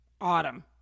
autumn